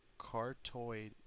cartoid